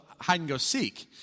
hide-and-go-seek